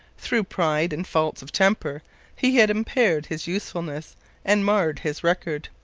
through pride and faults of temper he had impaired his usefulness and marred his record.